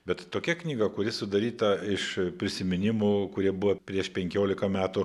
bet tokia knyga kuri sudaryta iš prisiminimų kurie buvo prieš penkiolika metų